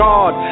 God